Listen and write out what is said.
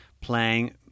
playing